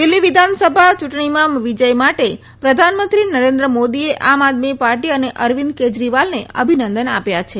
દિલ્હી વિધાનસભા ચુંટણીમાં વિજય માટે પ્રધાનમંત્રી નરેન્દ્ર મોદીએ આમ આદમી પાર્ટી અને અરવિંદ કેજરીવાલને અભિનંદન આપ્યા છે